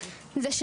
בבתי הספר,